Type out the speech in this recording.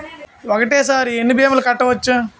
ఒక్కటేసరి ఎన్ని భీమాలు కట్టవచ్చు?